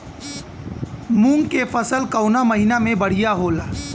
मुँग के फसल कउना महिना में बढ़ियां होला?